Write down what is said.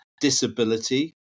Disability